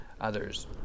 others